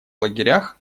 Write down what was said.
лагерях